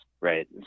right